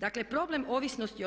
Dakle problem ovisnosti